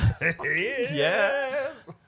Yes